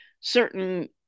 certain